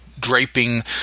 draping